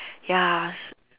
ya s~